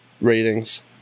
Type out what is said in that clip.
ratings